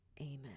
Amen